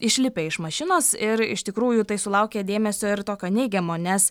išlipę iš mašinos ir iš tikrųjų tai sulaukė dėmesio ir tokio neigiamo nes